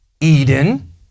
Eden